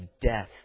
death